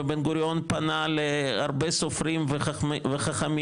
ובן גוריון פנה להרבה סופרים וחכמים,